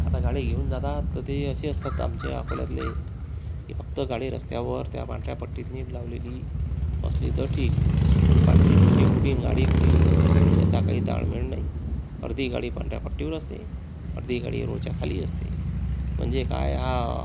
आता गाडी घेऊन जातात तर ते असे असतात आमच्या अकोल्यातले की फक्त गाडी रस्त्यावर त्या पांढऱ्या पट्टीत नीट लावलेली असली तर ठीक पण पांढरी पट्टी कुठे आणि गाडी कुठे याचा काही ताळमेळ नाही अर्धी गाडी पांढऱ्या पट्टीवर असते अर्धी गाडी रोडच्या खाली असते म्हणजे काय हा